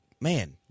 man